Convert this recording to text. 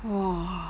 !whoa!